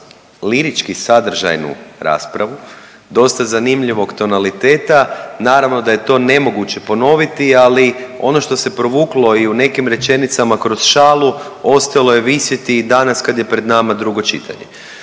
linički sadržajnu raspravu, dosta zanimljivog tonaliteta, naravno da je to nemoguće ponoviti, ali ono što se provuklo i u nekim rečenicama kroz šalu ostalo je visjeti i danas kad je pred nama drugo čitanje.